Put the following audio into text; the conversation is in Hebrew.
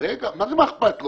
זה מה איכפת לו,